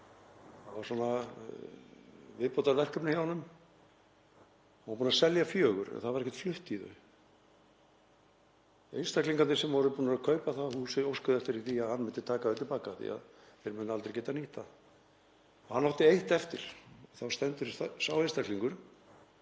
var svona viðbótarverkefni hjá honum, og búinn að selja fjögur en það var ekkert flutt í þau. Einstaklingarnir sem voru búnir að kaupa húsið óskuðu eftir því að hann myndi taka það til baka af því að þeir myndu aldrei geta nýtt það. Hann átti eitt eftir og þá er sá einstaklingur